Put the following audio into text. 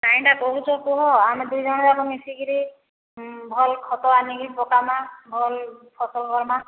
କାଇଁଟା କହୁଛ କୁହ ଆମେ ଦୁଇଜଣ ଯାକ ମିଶିକିରି ଭଲ ଖତ ଆଣିକି ପକମା ଭଲ ଫସଲ କରମା